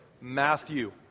Matthew